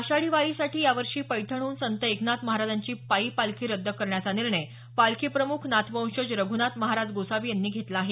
आषाढ वारीसाठी यावर्षी पैठणहून संत एकनाथ महाराजांची पायी पालखी रद्द करण्याचा निर्णय पालखी प्रमुख नाथवंशज रघनाथ महाराज गोसावी यांनी घेतला आहे